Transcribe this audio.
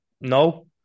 No